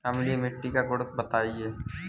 अम्लीय मिट्टी का गुण बताइये